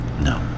No